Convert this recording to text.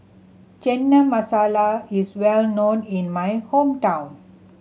Chana Masala is well known in my hometown